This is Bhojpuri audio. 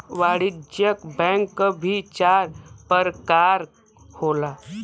वाणिज्यिक बैंक क भी चार परकार होला